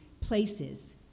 places